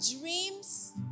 dreams